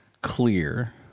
clear